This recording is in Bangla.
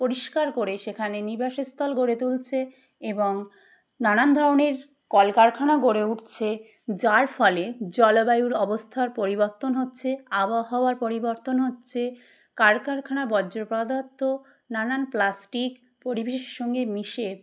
পরিষ্কার করে সেখানে নিবাসস্থল গড়ে তুলছে এবং নানান ধরনের কলকারখানা গড়ে উঠছে যার ফলে জলবায়ুর অবস্থার পরিবর্তন হচ্ছে আবহাওয়ার পরিবর্তন হচ্ছে কার কারখানা বর্জ্যপদার্থ নানান প্লাস্টিক পরিবেশের সঙ্গে মিশে